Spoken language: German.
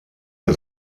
des